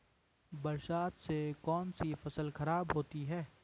बरसात से कौन सी फसल खराब होती है?